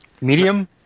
medium